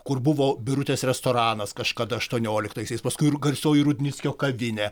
kur buvo birutės restoranas kažkada aštuonioliktaisiais paskui ru garsioji rudnickio kavinė